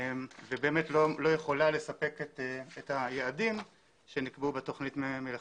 ובאמת לא יכולה לספק את היעדים שנקבעו בתכנית מלכתחילה.